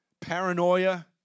paranoia